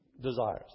desires